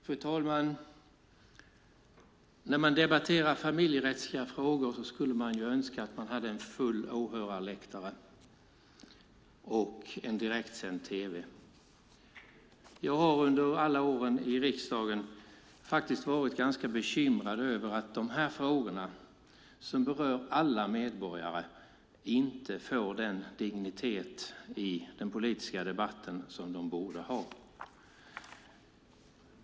Fru talman! När vi debatterar familjerättsliga frågor skulle jag önska att vi hade en full åhörarläktare och en direktsänd tv-utsändning. Jag har under alla år i riksdagen varit ganska bekymrad över att dessa frågor, som berör alla medborgare, inte har den dignitet i den politiska debatten som de borde.